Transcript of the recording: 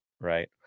right